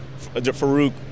Farouk